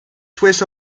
swiss